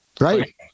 Right